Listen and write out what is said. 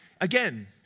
again